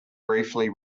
briefly